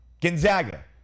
Gonzaga